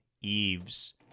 Eve's